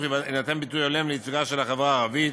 יינתן ביטוי הולם לייצוגה של החברה הערבית,